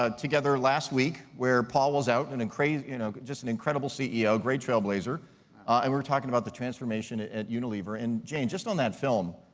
ah together last week where paul was out, and and you know just an incredible ceo great trailblazer and we're talking about the transformation at unilever, and jane, just on that film,